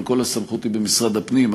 אבל כל הסמכות היא במשרד הפנים,